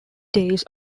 days